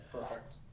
Perfect